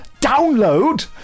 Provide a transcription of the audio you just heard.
download